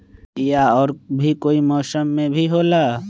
या और भी कोई मौसम मे भी होला?